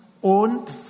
und